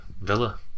Villa